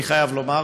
אני חייב לומר,